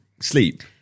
sleep